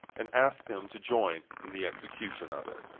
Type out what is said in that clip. and asked him to join in the execution of it.